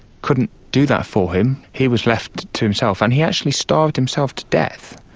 couldn't do that for him, he was left to himself, and he actually starved himself to death.